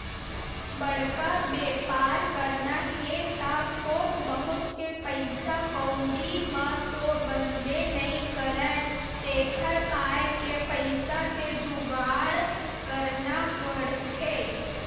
बड़का बेपार करना हे त थोक बहुत के पइसा कउड़ी म तो बनबे नइ करय तेखर पाय के पइसा के जुगाड़ करना पड़थे